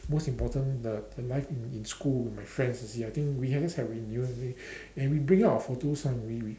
most important the the life in in school with my friends you see I think we have this have reunion we and we bring out our photos then we we